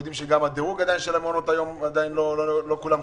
אנחנו יודעים שגם את הדירוג של מעונות היום לא כולם קיבלו,